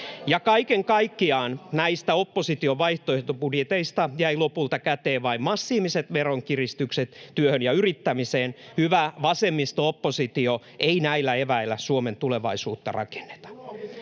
Kaiken kaikkiaan näistä opposition vaihtoehtobudjeteista jäi lopulta käteen vain massiiviset veronkiristykset työhön ja yrittämiseen. Hyvä vasemmisto-oppositio, ei näillä eväillä Suomen tulevaisuutta rakenneta.